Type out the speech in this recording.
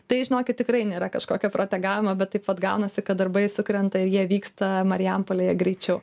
tai žinokit tikrai nėra kažkokia protegavimo bet taip vat gaunasi kad darbai sukrenta ir jie vyksta marijampolėje greičiau